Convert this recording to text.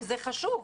וזה חשוב,